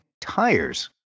tires